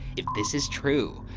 if this is true,